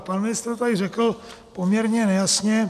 Pan ministr to tady řekl poměrně nejasně.